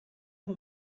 who